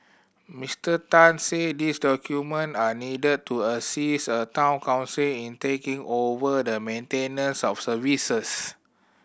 Mister Tan said these document are needed to assist a Town Council in taking over the maintenance of services